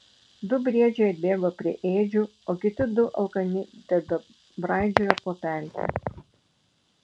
du briedžiai atbėgo prie ėdžių o kiti du alkani tebebraidžiojo po pelkę